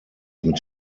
mit